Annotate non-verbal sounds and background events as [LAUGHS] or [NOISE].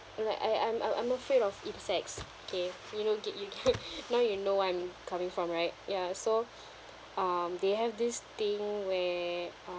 like I am I'm I'm afraid of insects K you know get you [LAUGHS] now you know where I'm coming from right ya so [BREATH] um they have this thing where